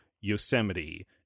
Yosemite